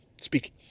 speaking